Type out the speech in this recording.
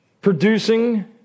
producing